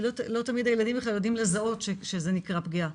כי לא תמיד הילדים בכלל יודעים לזהות שזה נקרא פגיעה.